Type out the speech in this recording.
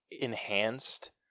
enhanced